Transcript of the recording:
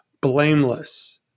blameless